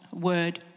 word